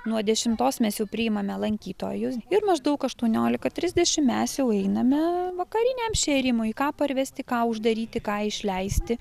nuo dešimtos mes jau priimame lankytojus ir maždaug aštuoniolika trisdešim mes jau einame vakariniam šėrimui ką parvesti ką uždaryti ką išleisti